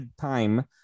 time